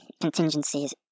contingencies